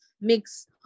mix